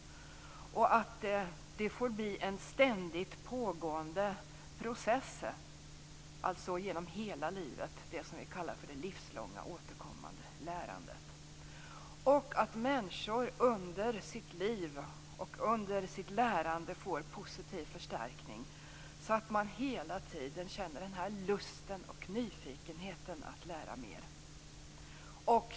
Det får bli en ständigt pågående process, genom hela livet, dvs. det som vi kallar för det livslånga återkommande lärandet. Människor skall under sitt liv och sitt lärande få positiv förstärkning så att man hela tiden känner lusten och nyfikenheten att lära mer.